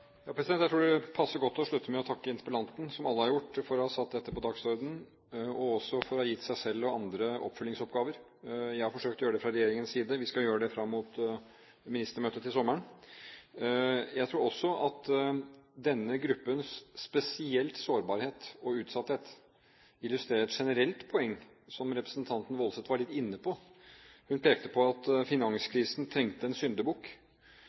og også for å ha gitt seg selv og andre oppfølgingsoppgaver. Jeg har forsøkt å gjøre det fra regjeringens side. Vi skal gjøre det fram mot ministermøtet til sommeren. Jeg tror også at denne gruppens spesielle sårbarhet og utsatthet illustrerer et generelt poeng, som representanten Woldseth var litt inne på: Hun pekte på at finanskrisen trengte en syndebukk.